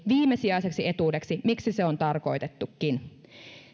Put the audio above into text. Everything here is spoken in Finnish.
viimesijaiseksi etuudeksi miksi se on tarkoitettukin